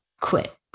quit